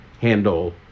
handle